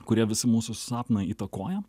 kurie visi mūsų sapną įtakoją